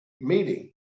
meeting